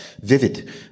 Vivid